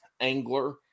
angler